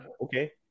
Okay